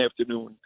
afternoon